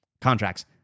contracts